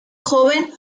joven